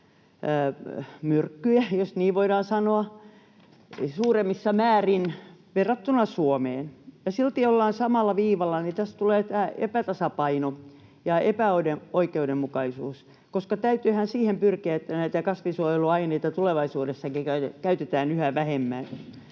myrkkyjä — jos niin voidaan sanoa — suuremmissa määrin verrattuna Suomeen ja silti ollaan samalla viivalla. Tässä tulee tämä epätasapaino ja epäoikeudenmukaisuus, koska täytyyhän siihen pyrkiä, että näitä kasvinsuojeluaineita tulevaisuudessakin käytetään yhä vähemmän.